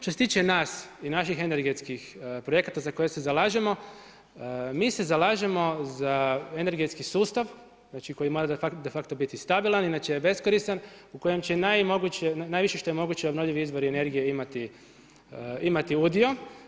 Što se tiče nas i naših energetskih projekata za koje se zalažemo, mi se zalažemo za energetski sustav, koji mora de facto biti stabilan, inače je beskoristan u kojem će najviše što je moguće obnovljivi izvori energije imati udio.